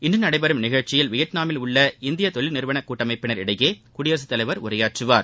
இன்று நடைபெறும் நிகழ்ச்சியில் வியட்நாமில் உள்ள இந்திய தொழில் நிறுவன கூட்டமைப்பினர் இடையே குடியரசுத் தலைவர் உரையாற்றுவார்